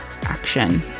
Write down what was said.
action